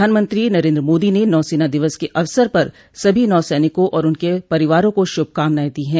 प्रधानमंत्री नरेन्द्रा मोदी ने नौसेना दिवस के अवसर पर सभी नौसैनिकों और उनके परिवारों को शुभकामनाएं दी हैं